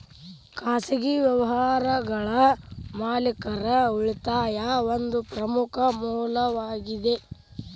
ಖಾಸಗಿ ವ್ಯವಹಾರಗಳ ಮಾಲೇಕರ ಉಳಿತಾಯಾ ಒಂದ ಪ್ರಮುಖ ಮೂಲವಾಗೇದ